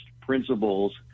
principles